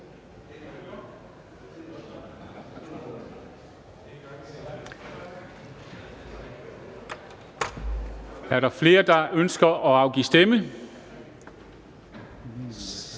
Er der flere, der ønsker at afgive stemme?